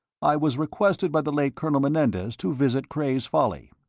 i was requested by the late colonel menendez to visit cray's folly.